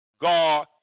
God